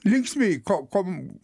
linksmieji ko kom